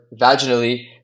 vaginally